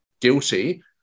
guilty